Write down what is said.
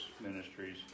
Ministries